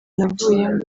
navuyemo